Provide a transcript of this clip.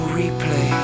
replay